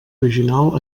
original